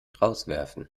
rauswerfen